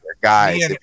guys